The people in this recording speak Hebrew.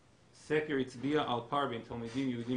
הסקר הצביע על פער בין תלמידים ויהודים